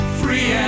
free